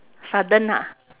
sudden ah